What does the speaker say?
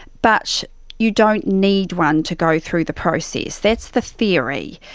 but you don't need one to go through the process. that's the theory.